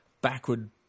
backward